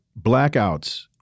blackouts